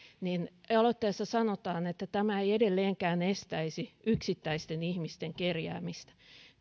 niin aloitteessa sanotaan että tämä ei edelleenkään estäisi yksittäisten ihmisten kerjäämistä